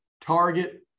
Target